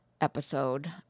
episode